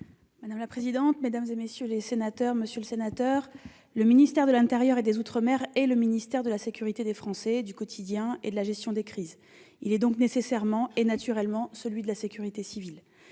Madame la présidente, mesdames, messieurs les sénateurs, monsieur Jean-Baptiste Blanc, le ministère de l'intérieur et des outre-mer est le ministère de la sécurité des Français, celui du quotidien et de la gestion des crises. Il est donc nécessairement et naturellement celui de la sécurité civile.